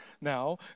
now